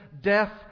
Death